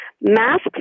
Masks